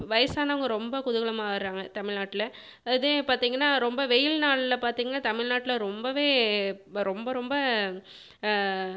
வயசானவங்கள் ரொம்ப குதுகலமாக ஆயிட்றாங்கள் தமிழ்நாட்டில் அதே பார்த்தீங்கனா ரொம்ப வெயில் நாள்லில் பார்த்தீங்கனா தமிழ்நாட்டில் ரொம்பவே வ ரொம்ப ரொம்ப